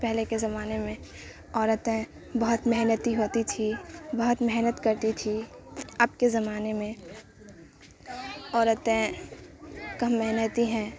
پہلے کے زمانے میں عورتیں بہت محنتی ہوتی تھی بہت محنت کرتی تھی اب کے زمانے میں عورتیں کم محنتی ہیں